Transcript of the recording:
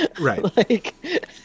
Right